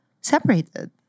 separated